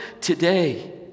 today